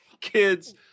Kids